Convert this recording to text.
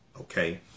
okay